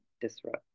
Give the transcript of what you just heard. disrupt